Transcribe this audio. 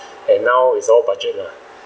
and now is all budget lah